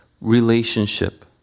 relationship